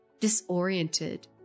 disoriented